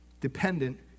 dependent